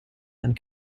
and